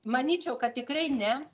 manyčiau kad tikrai ne